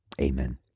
Amen